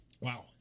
Wow